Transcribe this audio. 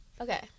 okay